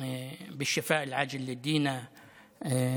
דברים בשפה הערבית,